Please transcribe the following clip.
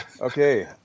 Okay